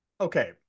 Okay